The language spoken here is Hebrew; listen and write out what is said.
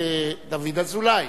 דוד אזולאי,